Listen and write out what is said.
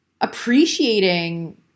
appreciating